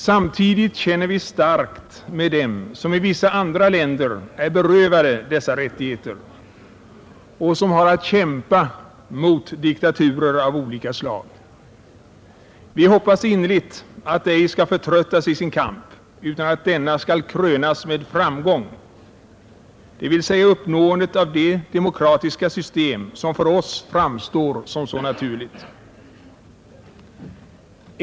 Samtidigt känner vi starkt med dem som i vissa andra länder är berövade dessa rättigheter och som har att kämpa mot diktaturer av olika slag. Vi hoppas innerligt att de ej skall förtröttas i sin kamp, utan att denna skall krönas med framgång, dvs. uppnåendet av det demokratiska system som för oss framstår som så naturligt.